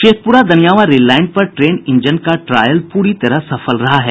Sheikhpura Daniyawan rail line पर train engine का trial पूरी तरह सफल रहा है